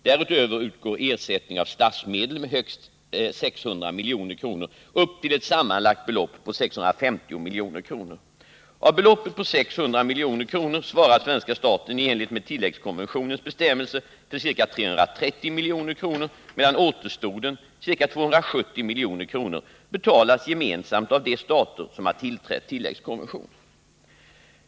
Därutöver utgår ersättning av statsmedel med högst 600 milj.kr. upp till ett sammanlagt belopp på 650 milj.kr. Av beloppet på 600 milj.kr.. svarar svenska staten i enlighet med tilläggskonventionens bestämmelser för ca 330 milj.kr. medan återstoden — ca 270 milj.kr. — betalas gemensamt av de stater som har tillträtt tilläggskonventionen.